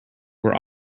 were